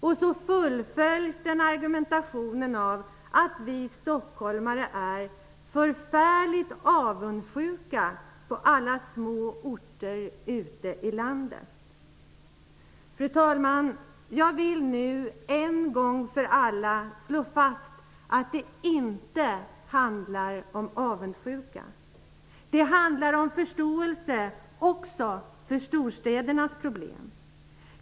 Och så fullföljs den argumentationen av att vi stockholmare är ''förfärligt avundsjuka på alla små orter ute i landet''. Fru talman! Jag vill nu en gång för alla slå fast att det inte handlar om avundsjuka -- det handlar om förståelse också för storstädernas problem.